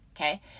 Okay